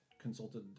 consulted